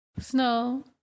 Snow